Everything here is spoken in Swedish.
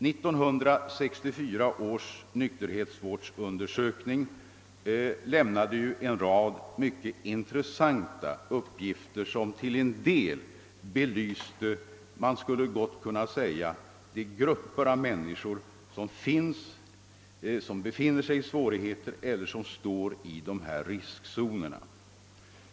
1964 års nykterhetsvårdsundersökning lämnade en rad mycket intressanta uppgifter, som till en del belyste förhållandena för de grupper av människor som har det svårt eller som är i riskzonen.